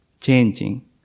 changing